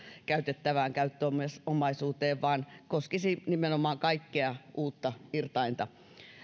käytettävään käyttöomaisuuteen vaan koskisi nimenomaan kaikkea uutta irtainta